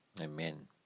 Amen